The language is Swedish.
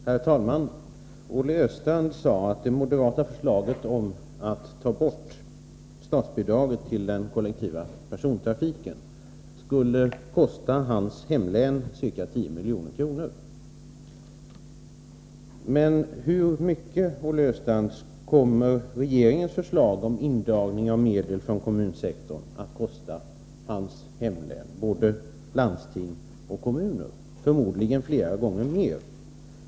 Herr talman! Olle Östrand sade att det moderata förslaget om att ta bort statsbidraget till den kollektiva persontrafiken skulle kosta hans hemlän ca 10 milj.kr. Men hur mycket kommer regeringens förslag om indragning av medel från kommunsektorn att kosta hans hemlän, både landstinget och kommunerna? Förmodligen flera gånger mer.